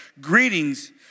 Greetings